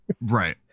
Right